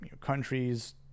countries